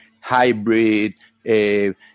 hybrid